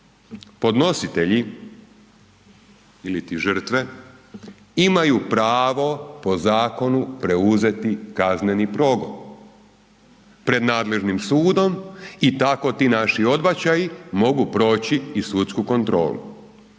podnositelji iliti žrtve, imaju pravo po zakonu preuzeti kazneni progon pred nadležnim sudom i tako ti naši odbačaji mogu proći i sudsku kontrolu.